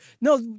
No